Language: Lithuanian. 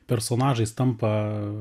personažais tampa